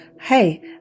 Hey